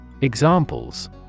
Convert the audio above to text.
Examples